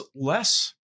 less